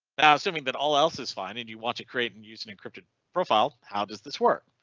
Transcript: now assuming that all else is fine. and you want to create and use an encrypted profile how does this work?